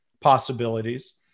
possibilities